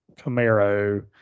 camaro